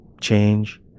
change